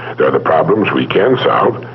there are the problems we can solve,